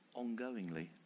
ongoingly